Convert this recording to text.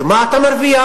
ומה אתה מרוויח?